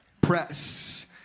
press